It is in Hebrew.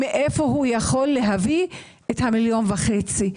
מאיפה הוא יכול להביא את המיליון וחצי?